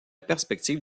perspective